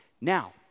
Now